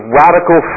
radical